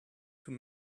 too